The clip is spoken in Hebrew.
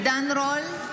עידן רול,